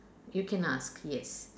you can ask yes